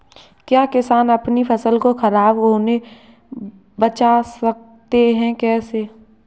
क्या किसान अपनी फसल को खराब होने बचा सकते हैं कैसे?